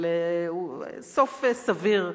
אבל זה סוף סביר,